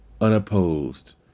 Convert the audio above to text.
unopposed